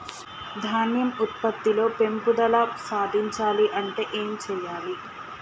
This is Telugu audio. ధాన్యం ఉత్పత్తి లో పెంపుదల సాధించాలి అంటే ఏం చెయ్యాలి?